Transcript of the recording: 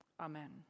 Amen